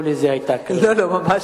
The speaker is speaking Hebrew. לא לזה היתה הכוונה.